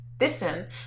listen